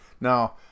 Now